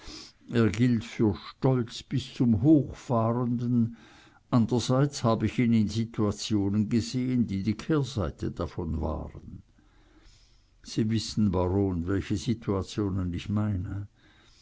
er gilt für stolz bis zum hochfahrenden andrerseits hab ich ihn in situationen gesehn die die kehrseite davon waren sie wissen baron welche situationen ich meine